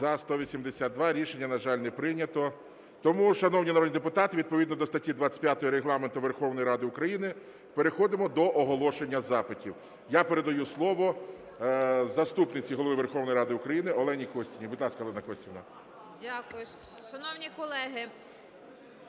За-182 Рішення, на жаль, не прийнято. Тому, шановні народні депутати, відповідно до статті 25 Регламенту Верховної Ради України переходимо до оголошення запитів. Я передаю слово Заступниці Голови Верховної Ради України Олені Костівні. Будь ласка, Олена Костівна. Веде засідання